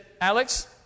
Alex